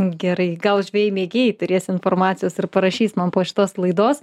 gerai gal žvejai mėgėjai turės informacijos ir parašys man po šitos laidos